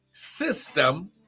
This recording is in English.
system